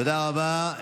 תודה רבה.